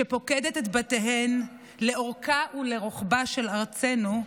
שפוקדת את בתיהן לאורכה ולרוחבה של ארצנו,